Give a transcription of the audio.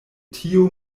tio